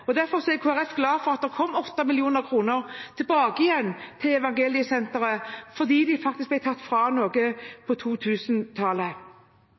er derfor glad for at det kom 8 mill. kr tilbake til Evangeliesenteret, for de ble faktisk tatt fra noe på